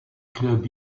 club